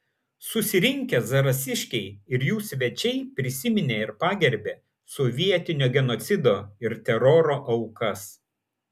susirinkę zarasiškiai ir jų svečiai prisiminė ir pagerbė sovietinio genocido ir teroro aukas